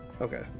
Okay